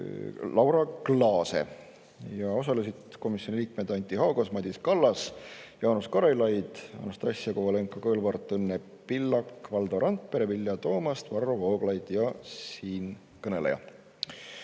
Laura Glaase. Osalesid komisjoni liikmed Anti Haugas, Madis Kallas, Jaanus Karilaid, Anastassia Kovalenko-Kõlvart, Õnne Pillak, Valdo Randpere, Vilja Toomast, Varro Vooglaid ja siinkõneleja.